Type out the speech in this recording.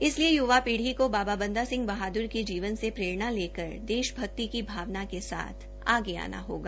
इसलिए य्वा पीढ़ी को बाबा बंदा सिंह बहाद्र के जीवन से प्रेरणा लेकर देशभक्ति की भावना के साथ आगे आना होगा